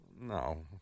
No